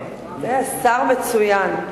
שר מצוין.